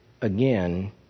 again